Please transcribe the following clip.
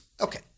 Okay